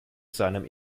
seinem